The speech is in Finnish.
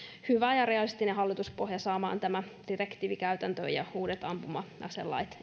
hyvä ja realistinen hallituspohja saamaan tämän direktiivin käytäntöön ja uudet ampuma aselait